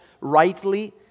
rightly